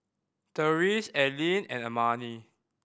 Therese Allyn and Amani